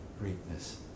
greatness